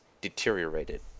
deteriorated